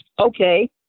okay